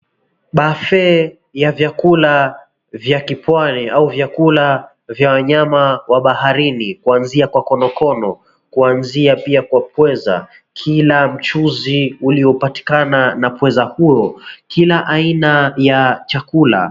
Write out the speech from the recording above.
Buffet ya vyakula vya kipwani au vyakula vya wanyama wa baharini kuanzia kwa konokono, kuanzia pia kwa pweza, kila mchuuzi uliyopatikana na pweza huyo kila aina ya chakula.